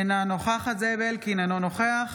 אינה נוכחת זאב אלקין, אינו נוכח